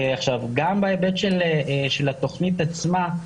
גם בהיבט של התוכנית עצמה,